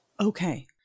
Okay